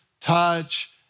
touch